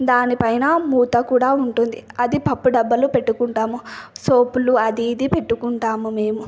దానిపైన మూత కూడా ఉంటుంది అది పప్పు డబ్బాలు పెట్టుకుంటాము సోపులు అది ఇది పెట్టుకుంటాము మేము